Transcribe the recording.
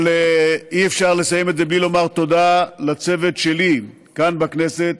אבל אי-אפשר לסיים את זה בלי לומר תודה לצוות שלי כאן בכנסת: